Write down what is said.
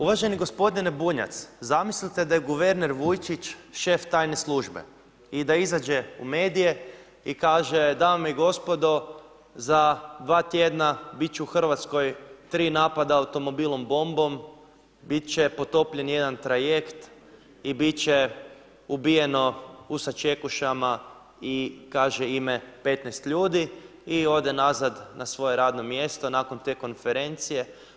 Uvaženi gospodine Bunjac, zamislite da je guverner Vujčić šef tajne službe i da izađe u medije i kaže: dame i gospodo, za 2 tjedna biti će u RH tri napada automobilom bombom, biti će potopljen jedan trajekt i biti će ubijeno u sačekušama i kaže ime 15 ljudi i ode nazad na svoje radno mjesto nakon te konferencije.